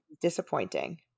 disappointing